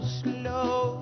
slow